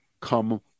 come